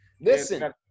Listen